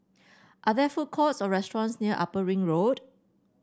are there food courts or restaurants near Upper Ring Road